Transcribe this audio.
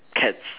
cats